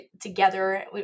together